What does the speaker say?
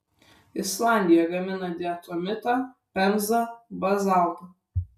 islandija gamina diatomitą pemzą bazaltą